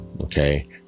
Okay